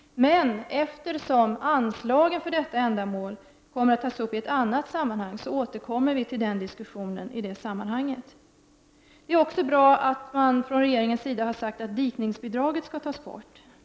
Men eftersom anslagen för detta ändamål kommer att tas upp i ett annat sammanhang, återkommer vi till den diskussionen då. Det är också bra att regeringen uttalat att dikningsbidraget skall tas bort.